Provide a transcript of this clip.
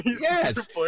yes